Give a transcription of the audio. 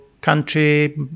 country